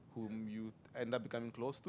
whom you end up getting close too